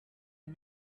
and